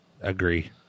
Agree